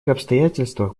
обстоятельствах